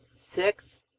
six.